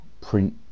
print